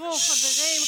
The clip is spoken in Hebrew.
תראו חברים,